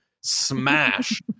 smash